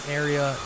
area